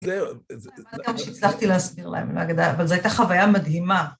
זהו, זהו, זהו. אני לא יודעת גם שהצלחתי להסביר להם, אני לא יודעת, אבל זו הייתה חוויה מדהימה.